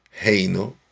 heino